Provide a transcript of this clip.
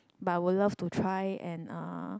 but will love to try and uh